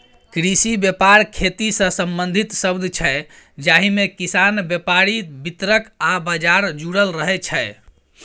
कृषि बेपार खेतीसँ संबंधित शब्द छै जाहिमे किसान, बेपारी, बितरक आ बजार जुरल रहय छै